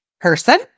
person